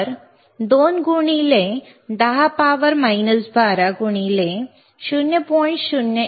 तर 2 गुणिले 10 12 गुणिले 0